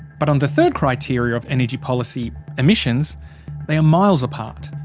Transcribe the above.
but on the third criteria of energy policy emissions they are miles apart.